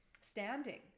standing